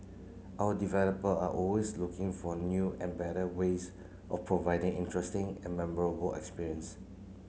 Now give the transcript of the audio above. our developer are always looking for new and better ways of providing interesting and memorable experience